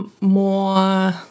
more